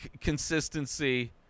consistency